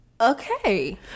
okay